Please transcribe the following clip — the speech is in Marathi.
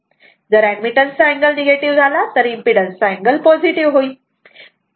जर एडमिटन्सचा अँगल निगेटिव्ह झाला तर इम्पीडन्सचा अँगल पॉझिटीव्ह होईल